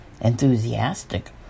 enthusiastic